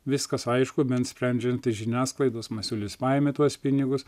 viskas aišku bent sprendžiant iš žiniasklaidos masiulis paėmė tuos pinigus